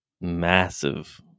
massive